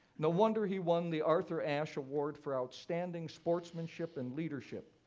no wonder he won the arthur ashe award for outstanding sportsmanship and leadership,